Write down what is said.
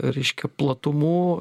reiškia platumų